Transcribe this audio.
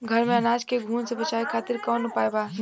घर में अनाज के घुन से बचावे खातिर कवन उपाय बा?